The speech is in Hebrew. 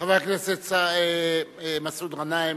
חבר הכנסת מסעוד גנאים,